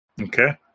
Okay